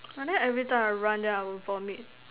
but then every time I run then I will vomit